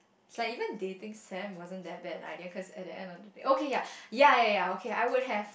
like even dating Sam wasn't that bad I didn't cause at the end of the day okay ya ya ya ya okay I would have